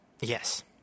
Yes